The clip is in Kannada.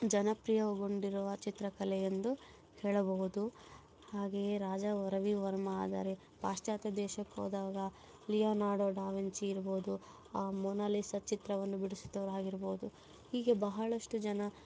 ಜನಪ್ರಿಯಗೊಂಡಿರುವ ಚಿತ್ರಕಲೆ ಎಂದು ಹೇಳಬಹುದು ಹಾಗೆ ರಾಜಾ ರವಿವರ್ಮ ಆದರೆ ಪಾಶ್ಚಾತ್ಯ ದೇಶಕ್ಕೆ ಹೋದಾಗ ಲಿಯೋನಾರ್ಡೋ ಡಾ ವಿಂಚಿ ಇರ್ಬೋದು ಮೊನಾಲಿಸ ಚಿತ್ರವನ್ನು ಬಿಡಿಸಿದವ್ರು ಆಗಿರ್ಬೋದು ಹೀಗೆ ಬಹಳಷ್ಟು ಜನ